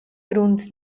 grund